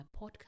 podcast